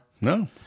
No